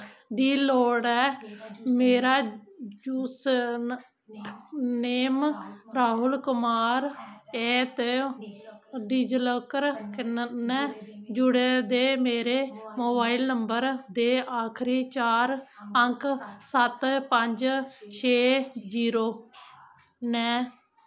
दी लोड़ ऐ मेरा जूसर नेम राहुल कुमार ऐ ते डिजिलाकर कन्नै जुड़े दे मेरे मोबाइल नंबर दे आखरी चार अंक सत्त पंज छे जीरो न